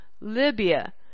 Libya